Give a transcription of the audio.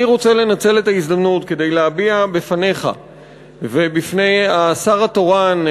אני רוצה לנצל את ההזדמנות כדי להביע בפניך ובפני השר התורן,